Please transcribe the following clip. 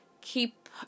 keep